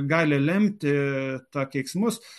gali lemti tą keiksmus